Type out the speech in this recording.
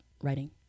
writing